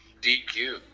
DQ